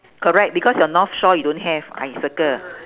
correct because your north shore you don't have I circle